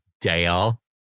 Dale